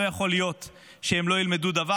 לא יכול להיות שהם לא ילמדו דבר.